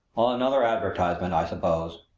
another advertisement, i suppose.